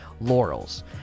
laurels